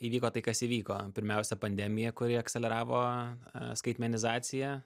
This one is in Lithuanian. įvyko tai kas įvyko pirmiausia pandemija kuri skaitmenizaciją